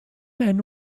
men